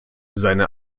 seine